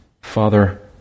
Father